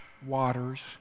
waters